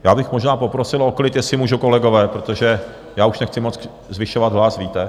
Já bych možná poprosil o klid, jestli můžu, kolegové, protože já už nechci moc zvyšovat hlas, víte?